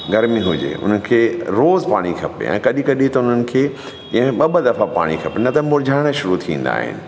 गर्मी हुजे उन्हनि खे रोज़ु पाणी खपे ऐं कॾहिं कॾहिं त उन्हनि खे ॾींहं में ॿ ॿ दफ़ा पाणी खपे न त मुरिझाइणु शुरू थींदा आहिनि